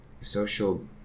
social